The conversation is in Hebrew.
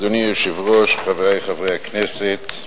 אדוני היושב-ראש, חברי חברי הכנסת,